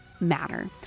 matter